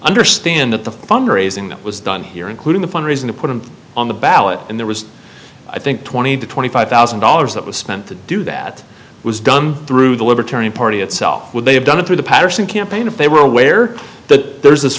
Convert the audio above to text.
understand that the fund raising that was done here including the fundraising to put him on the ballot and there was i think twenty to twenty five thousand dollars that was spent to do that was done through the libertarian party itself would they have done it through the paterson campaign if they were aware that there is this